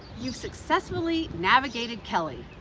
you've successfully navigated kelley,